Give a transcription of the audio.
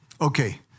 Okay